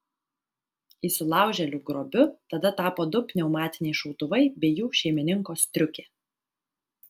įsilaužėlių grobiu tada tapo du pneumatiniai šautuvai bei jų šeimininko striukė